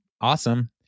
Awesome